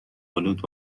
آلود